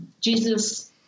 Jesus